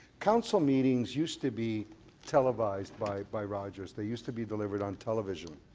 council meetings used to be televised by by rogers. they used to be delivered on television.